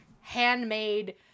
handmade